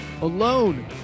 alone